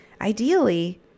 Ideally